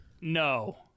No